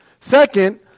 second